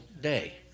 day